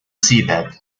seabed